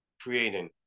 creating